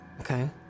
Okay